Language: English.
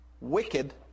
wicked